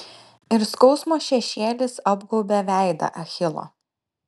ir skausmo šešėlis apgaubė veidą achilo